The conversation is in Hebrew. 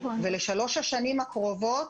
לשלוש השנים הקרובות